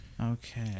Okay